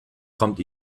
kommt